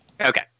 Okay